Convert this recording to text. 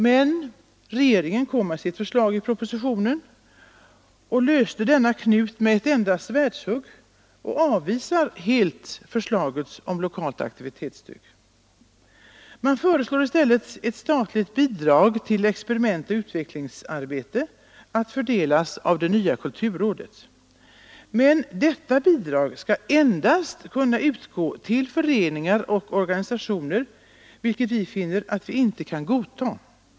Men regeringen lade fram sin proposition och löste denna knut med ett enda svärdshugg. Regeringen avvisar helt förslaget om lokalt aktivitetsstöd. Man föreslår i stället ett statligt bidrag till experimentoch utvecklingsarbete att fördelas av det nuvarande kulturrådet. Men detta bidrag skall endast kunna utgå till föreningar och organisationer, vilket vi finner att vi inte kan godta.